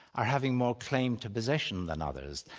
or having more claim to possession than others.